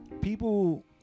people